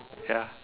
ya